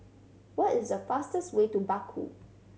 what is the fastest way to Baku